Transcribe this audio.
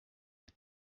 des